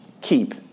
keep